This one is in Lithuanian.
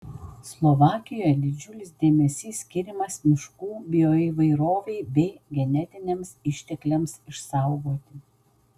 slovakijoje didžiulis dėmesys skiriamas miškų bioįvairovei bei genetiniams ištekliams išsaugoti